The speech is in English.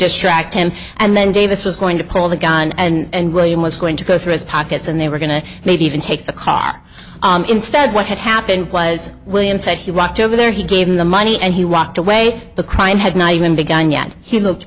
distract him and then davis was going to pull the gun and william was going to go through his pockets and they were going to maybe even take the car instead what had happened was william said he walked over there he gave him the money and he walked away the crime had not even begun yet he looked